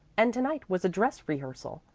and to-night was a dress rehearsal.